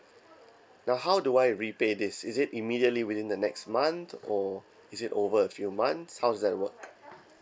now how do I repay this is it immediately within the next month or is it over a few months how does that work